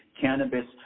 cannabis